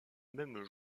même